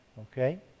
Okay